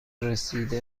رسیده